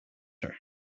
her